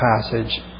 passage